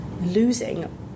losing